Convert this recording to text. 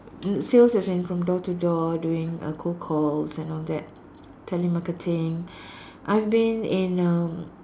sales as in from door to door doing uh cold calls and all that telemarketing I've been in uh